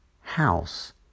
house